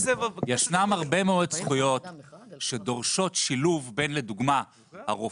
ישנן הרבה מאוד זכויות שדורשות שילוב בין לדוגמה הרופא,